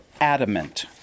adamant